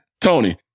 Tony